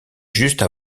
juste